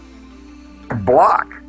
block